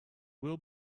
will